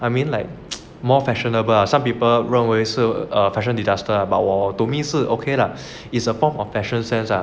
I mean like more fashionable ah some people 认为是 fashion disaster but to me 是 okay la is a form of fashion sense ah